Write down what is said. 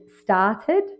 started